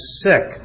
sick